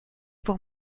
pour